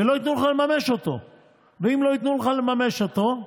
ולא ייתנו לך לממש אותו.